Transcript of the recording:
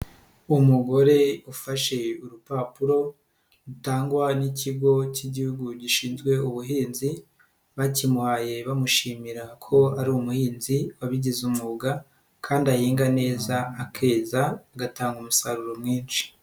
Umugore ufashe urupapuro, rutangwa n'ikigo cy'igihugu gishinzwe ubuhinzi, bakimuhaye bamushimira ko ari umuhinzi wabigize umwuga kandi ahinga neza akeza, agatanga umusaruro mwinshi.